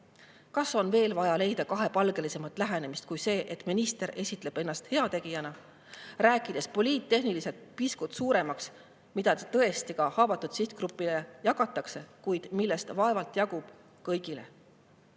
on veel vaja leida kahepalgelisemat lähenemist kui see, et minister esitleb ennast heategijana, rääkides poliittehniliselt suuremaks pisku, mida tõesti haavatud sihtgrupile jagatakse, kuid millest vaevalt jagub kõigile?